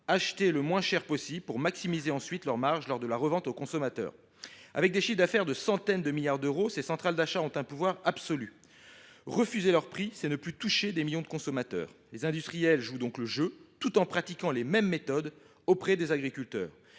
acheter le moins cher possible, pour maximiser ensuite leurs marges lors de la revente au consommateur. Avec des chiffres d’affaires de centaines de milliards d’euros, ces centrales d’achat ont un pouvoir absolu. Refuser leurs prix, c’est ne plus toucher des millions de consommateurs. Les industriels jouent donc le jeu, tout en pratiquant les mêmes méthodes auprès des agriculteurs.